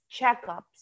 checkups